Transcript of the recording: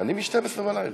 אני מ-12:00 בלילה.